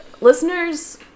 listeners